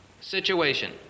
situation